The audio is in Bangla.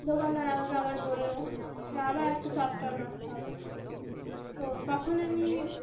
দোকানদার আমাকে আবার বললো যে আবার একটা সফটওয়্যার মারতে হবে তো তখন আমি